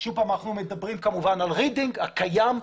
שוב, אנחנו מדברים כמובן על רידינג הקיים.